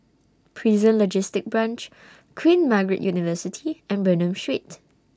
Prison Logistic Branch Queen Margaret University and Bernam Street